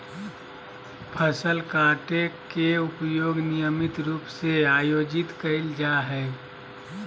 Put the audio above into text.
फसल काटे के प्रयोग नियमित रूप से आयोजित कइल जाय हइ